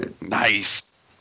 Nice